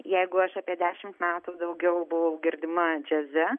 jeigu aš apie dešimt metų daugiau buvau girdima džiaze